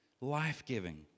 life-giving